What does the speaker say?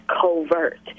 covert